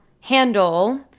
handle